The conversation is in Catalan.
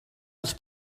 els